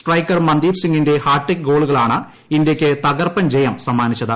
striker Mandeep സിംഗിന്റെ hat trick ഗോളുകളാണ് ഇന്തൃയ്ക്ക് തകർപ്പൻ ജയം സമ്മാനിച്ചത്